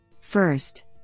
First